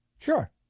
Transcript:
Sure